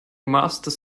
master